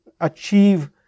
achieve